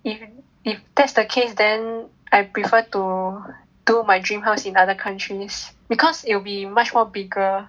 if if if that's the case then I prefer to do my dream house in other countries because it'll be much more bigger